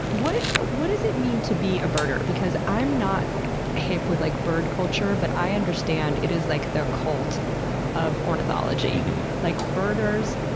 what what does it mean to be a birder? because i'm not hip with like bird culture but i understand it is like the cult of ornithology like birders,